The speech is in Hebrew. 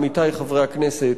עמיתי חברי הכנסת,